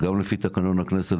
גם לפי תקנון הכנסת.